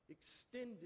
extended